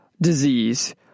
disease